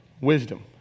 wisdom